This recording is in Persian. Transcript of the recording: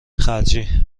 خرجی